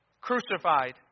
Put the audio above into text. Crucified